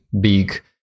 big